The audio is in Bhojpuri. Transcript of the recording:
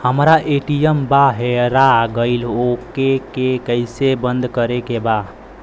हमरा ए.टी.एम वा हेरा गइल ओ के के कैसे बंद करे के बा?